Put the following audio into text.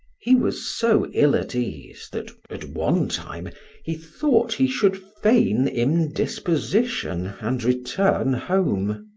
he was so ill at ease that at one time he thought he should feign indisposition and return home.